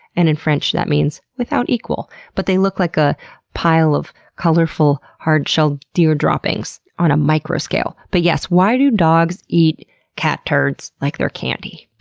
and in french that means without equal. but they look like a pile of colorful, hard-shelled deer droppings on a microscale. but why do dogs eat cat turds like they're candy?